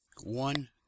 one